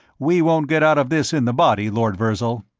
we won't get out of this in the body, lord virzal.